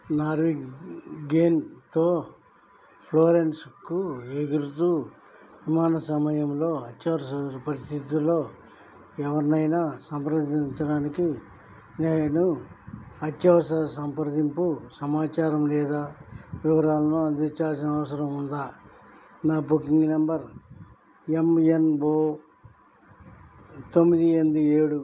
నార్విగేన్తో ఫ్లోరెన్స్కు ఎగురుతు విమాన సమయములో అత్యవసర పరిస్థితుల్లో ఎవరినైనా సంప్రదించడానికి నేను అత్యవసర సంప్రదింపు సమాచారం లేదా వివరాలను అందించాల్సిన అవసరం ఉందా నా booking number M N O తొమ్మిది ఎనిమిది ఏడు